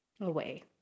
away